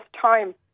time